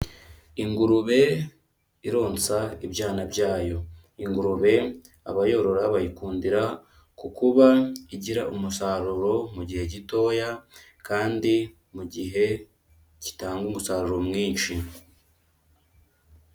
Ingurube ironsa ibyana byayo, ingurube abayorora bayikundira ku kuba igira umusaruro mu gihe gitoya kandi mu gihe gitanga umusaruro mwinshi.